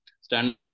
stand